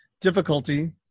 difficulty